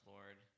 Lord